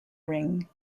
ring